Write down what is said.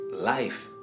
Life